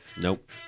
Nope